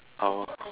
oh